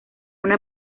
una